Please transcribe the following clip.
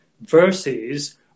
Versus